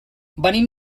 venim